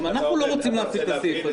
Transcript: גם אנחנו לא רוצים להפעיל את הסעיף הזה,